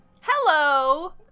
Hello